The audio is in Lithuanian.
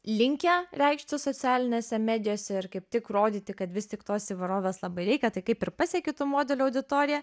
linkę reikštis socialinėse medijose ir kaip tik rodyti kad vis tik tos įvairovės labai reikia tai kaip ir pasieki tų modelių auditoriją